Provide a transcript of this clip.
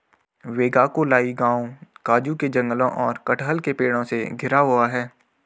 वेगाक्कोलाई गांव काजू के जंगलों और कटहल के पेड़ों से घिरा हुआ है